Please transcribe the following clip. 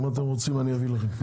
אם אתם רוצים, אביא לכם.